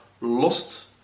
lost